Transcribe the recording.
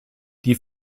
die